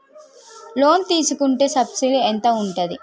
Loan తీసుకుంటే subsidy ఎంత ఉంటది?